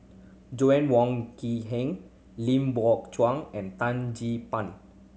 Joann Wong Quee Heng Lim Chuan and Tan Gee Pan